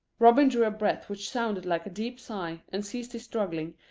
robin drew a breath which sounded like a deep sigh, and ceased struggling,